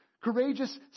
courageous